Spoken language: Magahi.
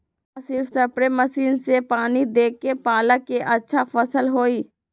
का सिर्फ सप्रे मशीन से पानी देके पालक के अच्छा फसल होई?